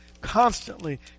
constantly